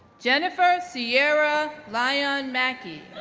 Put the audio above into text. jennifer sierra lyon-mackie,